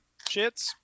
Shits